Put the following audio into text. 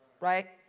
right